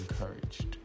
encouraged